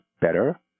better